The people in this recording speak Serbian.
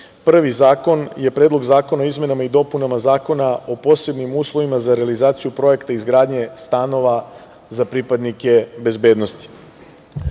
zakon je Predlog zakona o izmenama i dopunama Zakona o posebnim uslovima za realizaciju projekta izgradnje stanova za pripadnike bezbednosti. Ovo